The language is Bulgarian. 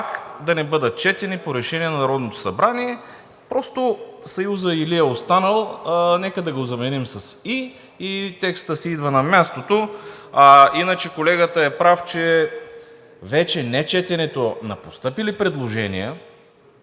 пак да не бъдат четени по решение на Народното събрание. Просто съюза „или“ е останал. Нека да го заменим с „и“ и текстът си идва намясто. Иначе колегата е прав, че вече нечетенето на постъпили предложения…